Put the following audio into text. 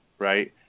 Right